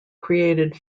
created